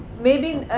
maybe